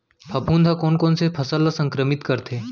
फफूंद ह कोन कोन से फसल ल संक्रमित करथे?